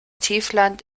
tiefland